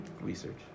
research